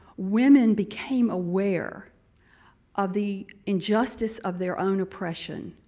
women became aware of the injustice of their own oppression